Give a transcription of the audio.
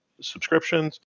subscriptions